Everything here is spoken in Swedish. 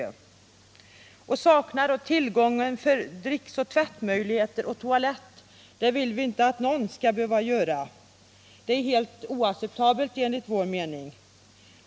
Vi vill inte att någon arbetare skall behöva sakna tillgång till dricksvatten, tvättmöjligheter och toalett. Det är enligt vår mening helt oacceptabelt.